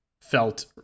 felt